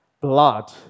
blood